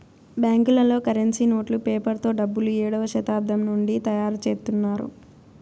బ్యాంకులలో కరెన్సీ నోట్లు పేపర్ తో డబ్బులు ఏడవ శతాబ్దం నుండి తయారుచేత్తున్నారు